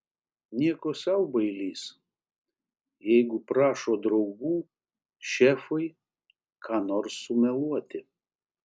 nieko sau bailys jeigu prašo draugų šefui ką nors sumeluoti